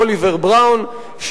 אוליבר בראון,